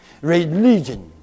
Religion